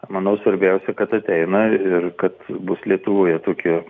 manau svarbiausia kad ateina ir kad bus lietuvoje tokia